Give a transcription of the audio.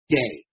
day